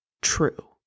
true